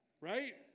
right